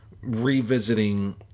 revisiting